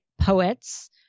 poets